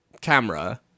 camera